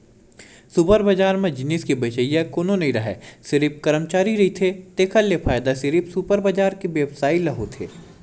super बजार म जिनिस के बेचइया कोनो नइ राहय सिरिफ करमचारी रहिथे तेखर ले फायदा सिरिफ सुपर बजार के बेवसायी ल होथे